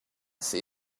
see